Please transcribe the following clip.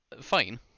fine